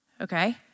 okay